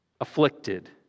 afflicted